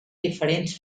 diferents